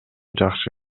жакшы